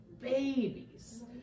babies